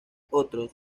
otros